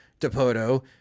DePoto